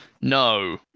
No